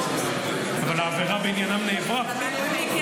אבל העבירה בעניינם נעברה.